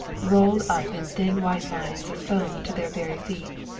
rolled up in thin white lines of foam to their very feet.